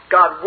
God